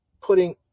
putting